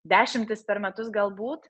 dešimtys per metus galbūt